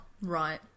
Right